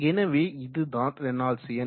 எனவே இது தான் ரேனால்ட்ஸ் எண்